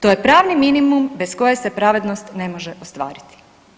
To je pravni minimum bez koje se pravednost ne može ostvariti.